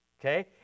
okay